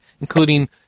including